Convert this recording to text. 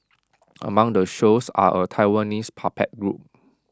among the shows are A Taiwanese puppet group